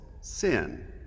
sin